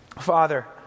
Father